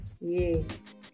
yes